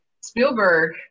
Spielberg